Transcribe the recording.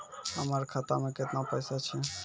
हमर खाता मैं केतना पैसा छह?